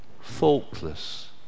faultless